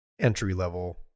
entry-level